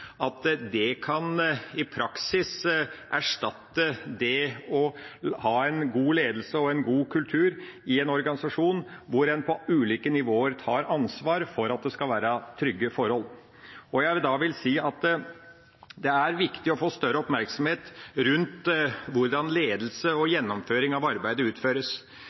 at det i praksis kan erstatte det å ha en god ledelse og en god kultur i en organisasjon, hvor en på ulike nivåer tar ansvar for at det skal være trygge forhold. Det er viktig å få større oppmerksomhet rundt hvordan ledelse og gjennomføring av arbeidet utføres.